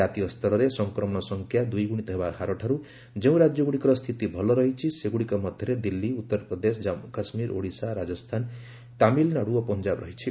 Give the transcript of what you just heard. ଜାତୀୟ ସ୍ତରରେ ସଂକ୍ରମଣ ସଂଖ୍ୟା ଦ୍ୱିଗୁଣିତ ହେବା ହାରଠାରୁ ଯେଉଁ ରାଜ୍ୟଗୁଡ଼ିକର ସ୍ଥିତି ଭଲ ରହିଛି ସେଗୁଡ଼ିକ ମଧ୍ୟରେ ଦିଲ୍ଲୀ ଉତ୍ତରପ୍ରଦେଶ ଜାନ୍ମୁ କାଶ୍ମୀର ଓଡ଼ିଶା ରାଜସ୍ଥାନ ତାମିଲନାଡୁ ଓ ପଞ୍ଜାବ ରହିଛି